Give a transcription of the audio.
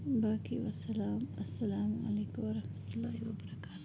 باقی وَسلام السلام علیکُم وَرحمتُہ اللہ وبرکاتہوٗ